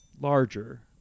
larger